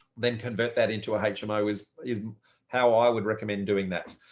then convert that into hmo is is how i would recommend doing that.